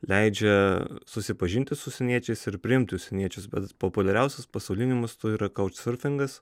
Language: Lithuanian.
leidžia susipažinti su užsieniečiais ir priimti užsieniečius bet populiariausias pasauliniu mastu yra kautšsurfingas